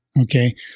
Okay